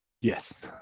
Yes